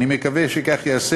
אני מקווה שכך ייעשה,